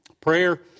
Prayer